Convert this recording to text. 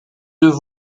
deux